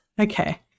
okay